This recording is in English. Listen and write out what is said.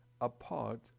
apart